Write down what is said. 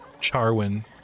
Charwin